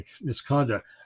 misconduct